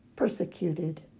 Persecuted